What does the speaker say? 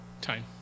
time